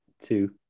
two